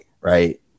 right